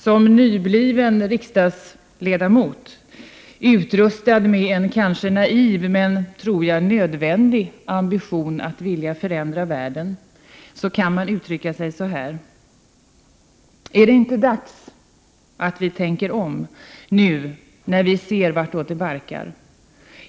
Som nybliven riksdagsledamot, utrustad med en kanske naiv men, tror jag, nödvändig ambition att förändra världen, kan man uttrycka sig så här: Ärdet inte dags att vi tänker om nu, när vi ser vartåt det barkar?